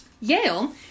Yale